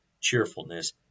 cheerfulness